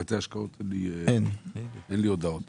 מבתי השקעות אין לי הודעות